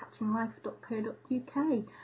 catchinglife.co.uk